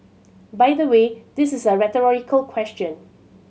by the way this is a rhetorical question